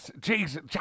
jesus